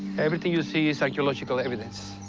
everything you see is archaeological evidence.